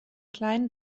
kleinen